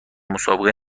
مسابقه